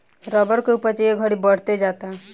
rubber के उपज ए घड़ी बढ़ते जाता